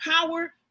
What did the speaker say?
power